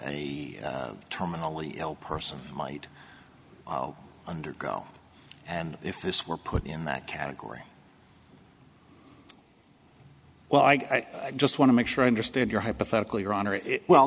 a terminally ill person might undergo and if this were put in that category well i just want to make sure i understand your hypothetical your honor well